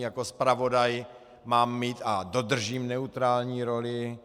Jako zpravodaj mám mít a dodržím neutrální roli.